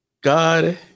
god